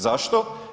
Zašto?